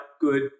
good